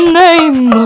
name